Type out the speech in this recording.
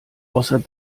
außer